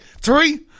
Three